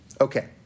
Okay